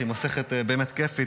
שהיא מסכת באמת כיפית,